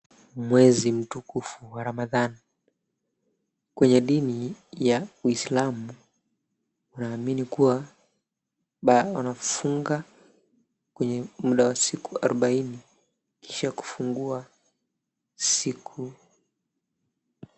Mwezi mtukufu wa Ramadhan. Waumini wa dini ya kiislamu wanaamini kuwa wanafunga kwenye muda wa siku arobaini kisha kufungua siku.